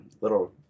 little